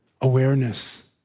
awareness